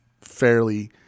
fairly